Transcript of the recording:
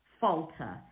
falter